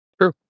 True